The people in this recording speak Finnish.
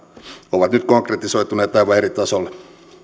ovat nyt konkretisoituneet aivan eri tasolle